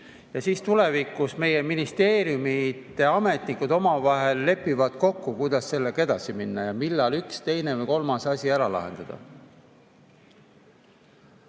ja siis tulevikus meie ministeeriumide ametnikud omavahel lepivad kokku, kuidas sellega edasi minna, millal üks, teine või kolmas asi ära lahendada.